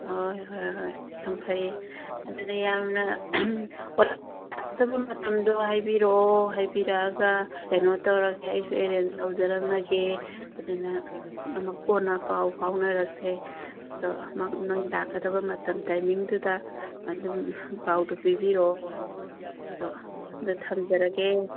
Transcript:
ꯍꯣꯏ ꯍꯣꯏ ꯍꯣꯏ ꯌꯥꯝ ꯐꯩ ꯑꯗꯨꯗꯤ ꯌꯥꯝꯅ ꯂꯥꯛꯀꯗꯕ ꯃꯇꯝꯗꯣ ꯍꯥꯏꯕꯤꯔꯛꯑꯣ ꯍꯥꯏꯕꯤꯔꯛꯑꯒ ꯀꯩꯅꯣ ꯇꯧꯔꯒꯦ ꯑꯩꯁꯨ ꯑꯦꯔꯦꯟꯖ ꯇꯧꯖꯔꯝꯃꯒꯦ ꯑꯗꯨꯅ ꯑꯃꯨꯛ ꯀꯣꯟꯅ ꯄꯥꯎ ꯐꯥꯎꯅꯔꯁꯦ ꯑꯗꯣ ꯅꯣꯏ ꯂꯥꯛꯀꯗꯧꯕ ꯃꯇꯝ ꯇꯥꯏꯃꯤꯡꯗꯨꯗ ꯑꯗꯨꯝ ꯄꯥꯎꯗꯨ ꯄꯤꯕꯤꯔꯛꯑꯣ ꯑꯗꯣ ꯊꯝꯖꯔꯒꯦ